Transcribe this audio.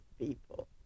people